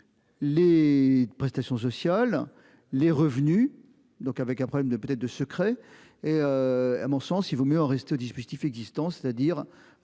Les prestations sociales, les revenus donc avec un problème de peut-être de secret et. À mon sens, il vaut mieux en rester au dispositif existant, c'est-à-dire